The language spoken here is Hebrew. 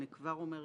אני כבר אומרת,